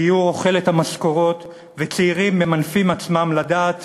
הדיור אוכל את המשכורות וצעירים ממנפים עצמם לדעת